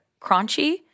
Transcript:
crunchy